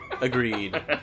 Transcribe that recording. Agreed